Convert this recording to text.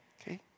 Okay